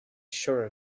sure